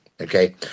Okay